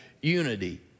unity